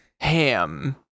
Ham